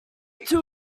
two